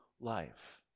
life